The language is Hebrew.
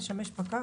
לשמש פקח,